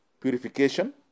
Purification